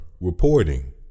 reporting